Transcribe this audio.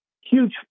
Huge